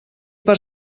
per